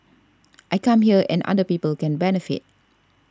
I come here and other people can benefit